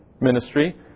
ministry